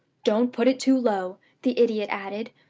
don't put it too low the idiot added,